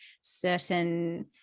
certain